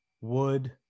wood